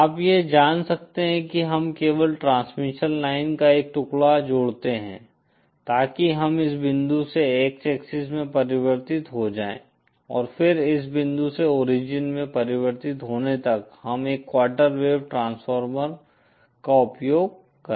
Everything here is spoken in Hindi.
आप यह जान सकते हैं कि हम केवल ट्रांसमिशन लाइन का एक टुकड़ा जोड़ते हैं ताकि हम इस बिंदु से X एक्सिस में परिवर्तित हो जाएं और फिर इस बिंदु से ओरिजिन में परिवर्तित होने तक हम एक क्वार्टर वेव ट्रांसफार्मर का उपयोग करें